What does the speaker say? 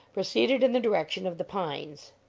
proceeded in the direction of the pines.